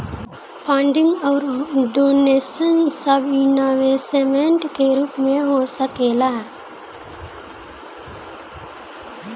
funding अउर donation सब investment के रूप में हो सकेला